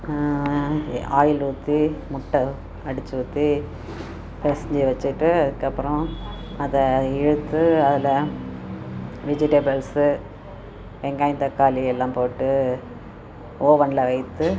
oil ஊற்றி முட்டை அடிச்சு ஊற்றி பெசஞ்சி வச்சிட்டு அதுக்கு அப்புறம் அதை எடுத்து அதில் விஜிடபுல்ஸ் வெங்காயம் தக்காளி எல்லாம் போட்டு ஒவனில் வைத்து